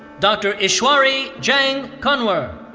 dr. ishwari jang kunwar.